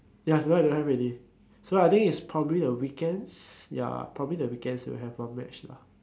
ya tonight don't have already so I think it's probably the weekends ya probably the weekends will have one match lah